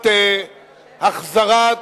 החזרת